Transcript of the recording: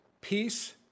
peace